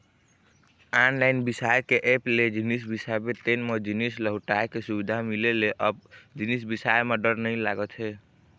online बिसाए के app ले जिनिस बिसाबे तेन म जिनिस लहुटाय के सुबिधा मिले ले अब जिनिस बिसाए म डर नइ लागत हे